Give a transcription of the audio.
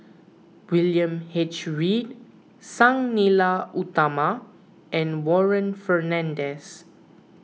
William H Read Sang Nila Utama and Warren Fernandez